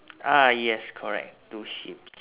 ah yes correct two sheeps